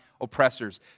oppressors